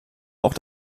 auch